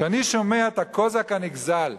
כשאני שומע את הקוזק הנגזל,